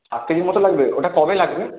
সাত কেজির মতো লাগবে ওটা কবে লাগবে